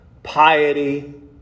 Piety